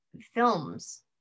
films